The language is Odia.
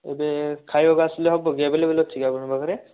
ଏବେ ଖାଇବାକୁ ଆସିଲେ ହେବ କି ଆଭେଲେବଲ୍ ଅଛି କି ଆପଣଙ୍କ ପାଖରେ